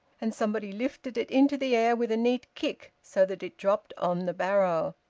and somebody lifted it into the air with a neat kick so that it dropped on the barrow.